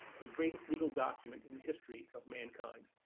the greatest legal document in the history of mankind.